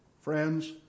Friends